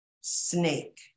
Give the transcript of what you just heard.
Snake